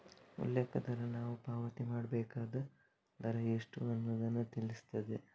ಉಲ್ಲೇಖ ದರ ನಾವು ಪಾವತಿ ಮಾಡ್ಬೇಕಾದ ದರ ಎಷ್ಟು ಅನ್ನುದನ್ನ ತಿಳಿಸ್ತದೆ